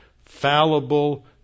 fallible